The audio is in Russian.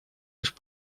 лишь